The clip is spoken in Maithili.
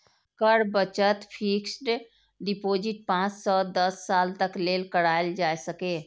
कर बचत फिस्क्ड डिपोजिट पांच सं दस साल तक लेल कराएल जा सकैए